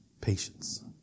patience